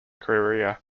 career